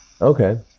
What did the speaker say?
Okay